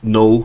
no